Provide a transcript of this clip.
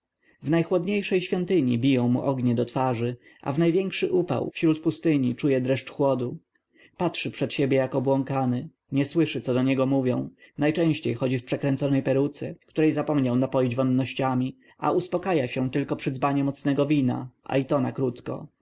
one są w najchłodniejszej świątyni biją mu ognie do twarzy a w największy upał wśród pustyni czuje dreszcz chłodu patrzy przed siebie jak obłąkany nie słyszy co do niego mówią najczęściej chodzi w przekręconej peruce której zapomniał napoić wonnościami a uspakaja się tylko przy dzbanie mocnego wina i to